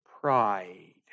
pride